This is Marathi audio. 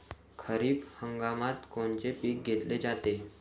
खरिप हंगामात कोनचे पिकं घेतले जाते?